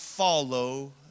Follow